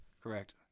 Correct